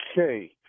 Okay